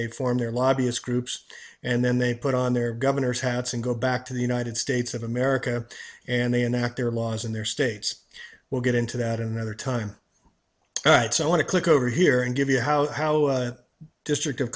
they form their lobbyist groups and then they put on their governors hats and go back to the united states of america and they enact their laws and their states will get into that another time right so i want to click over here and give you how district of